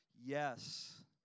Yes